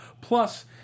Plus